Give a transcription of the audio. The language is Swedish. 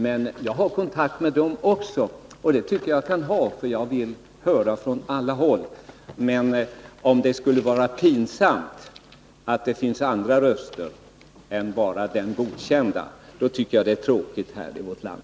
Jag har alltså kontakt med sådana personer också, och det tycker jag att jag kan ha, eftersom jag vill höra vad man har att säga på alla håll. Är det pinsamt att det finns andra röster än de man själv har, tycker jag att det är tråkigt i vårt land.